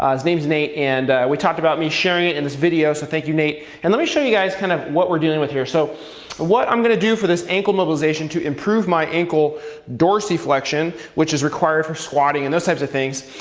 his name's nate, and we talked about me sharing it in this video, so thank you, nate. and let me show you guys kind of what we're dealing with here. so what i'm going to do for this ankle mobilization to improve my ankle dorsiflexion, which is required for squatting and those types of things,